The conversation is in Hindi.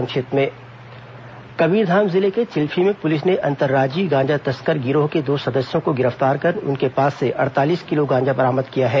संक्षिप्त समाचार कबीरधाम जिले के चिल्फी में पुलिस ने अंतर्राज्यीय गांजा तस्कर गिरोह के दो सदस्यों को गिरफ्तार कर उनके पास से अड़तालीस किलो गांजा जब्त किया गया है